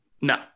No